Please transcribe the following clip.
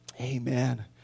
Amen